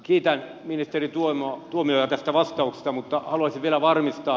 kiitän ministeri tuomiojaa tästä vastauksesta mutta haluaisin vielä varmistaa